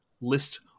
list